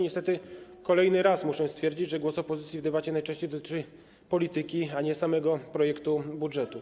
Niestety kolejny raz muszę stwierdzić, że głos opozycji w debacie najczęściej dotyczy polityki, a nie samego projektu budżetu.